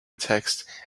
text